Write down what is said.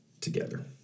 together